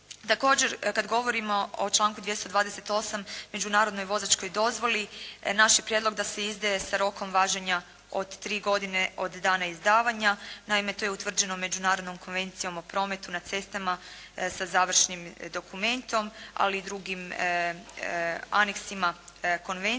Također kada govorimo o članku 228. međunarodnoj vozačkoj dozvoli, naš je prijedlog da se izdaje sa rokom važenja od 3 godine od dana izdavanja, naime to je utvrđeno Međunarodnom konvencijom o prometu na cestama sa završnim dokumentom, ali i drugim aneksima konvencija.